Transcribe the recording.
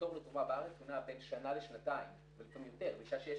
התור לתרומה בארץ נע בין שנה לשנתיים ולפעמים יותר.